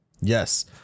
Yes